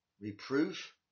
reproof